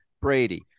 Brady